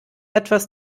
etwas